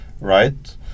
right